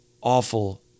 awful